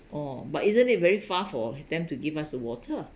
oh but isn't it very far for them to give us a water